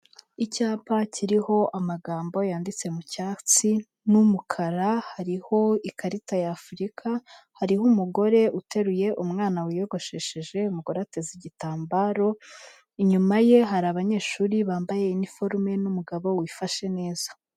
Icyapa kiriho amagambo yanditse mu cyatsi n'umukara, hariho ikarita y'Afurika, hariho umugore uteruye umwana wiyogoshesheje, umugore ateze igitambaro, inyuma ye hari abanyeshuri bambaye iforume n'umugabo wifashe neza.